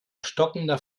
stockender